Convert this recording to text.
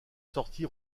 sortie